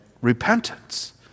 repentance